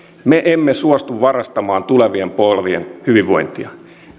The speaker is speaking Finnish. me emme suostu varastamaan tulevien polvien hyvinvointia